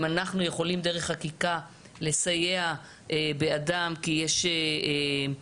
אם אנחנו יכולים דרך חקיקה לסייע בעדם כי יש כמה